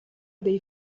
dei